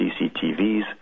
CCTVs